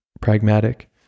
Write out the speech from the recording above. pragmatic